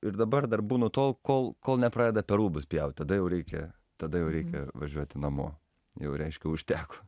ir dabar dar būnu tol kol kol nepradeda per rūbus pjauti tada jau reikia tada jau reikia važiuoti namo jau reiškia užteko